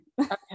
okay